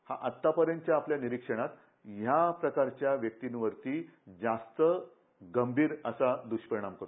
हा आता पर्यंतच्या आपल्या निरीक्षणात ह्या प्रकारच्या व्यक्तींवरती जास्त गंभीर असा दृष्परिणाम करतो